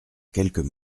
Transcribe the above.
quelques